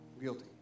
Guilty